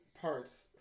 parts